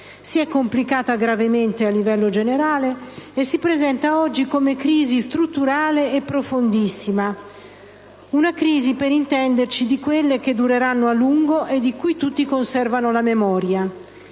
si è complicata gravemente a livello generale e si presenta oggi come crisi strutturale e profondissima: una crisi - per intenderci - di quelle che dureranno a lungo e di cui tutti conservano la memoria.